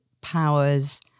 powers